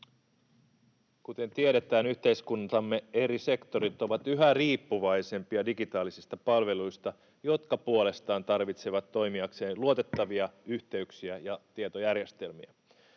Kuten tiedetään, yhteiskuntamme eri sektorit ovat yhä riippuvaisempia digitaalisista palveluista, jotka puolestaan tarvitsevat toimiakseen luotettavia yhteyksiä ja tietojärjestelmiä.